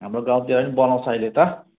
हाम्रो गाउँतिर पनि बनाउँछ अहिले त